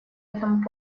этому